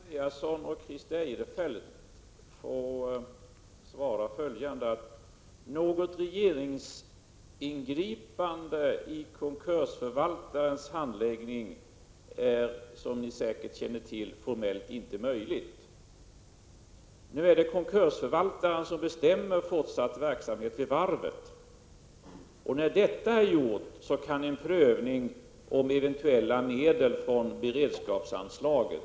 Herr talman! Jag vill till både Owe Andréasson och Christer Eirefelt svara följande. Något regeringsingripande i konkursförvaltarens handläggning är, som ni säkert känner till, formellt inte möjligt. Det är konkursförvaltaren som bestämmer om fortsatt verksamhet vid varvet. När detta är gjort kan en prövning ske om eventuella medel från beredskapsanslaget.